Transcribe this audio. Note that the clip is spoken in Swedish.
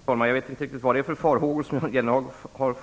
Fru talman! Jag vet inte riktigt vad det är för farhågor som Jennehag har.